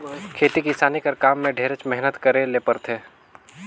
खेती किसानी कर काम में ढेरेच मेहनत करे ले परथे